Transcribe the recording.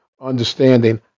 understanding